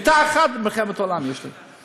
על מיטה אחת, מלחמת עולם יש לי.